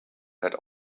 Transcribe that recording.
had